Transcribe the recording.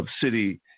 city